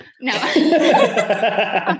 No